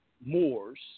Moors